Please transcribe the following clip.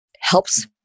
helps